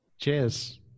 cheers